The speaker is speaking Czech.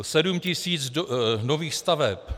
Sedm tisíc nových staveb.